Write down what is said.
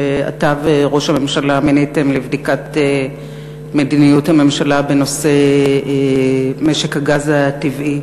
שאתה וראש הממשלה מיניתם לבדיקת מדיניות הממשלה בנושא משק הגז הטבעי.